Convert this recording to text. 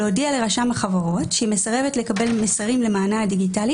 להודיע לרשם החברות שהיא מסרבת לקבל מסרים למענה הדיגיטלי